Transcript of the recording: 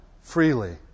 freely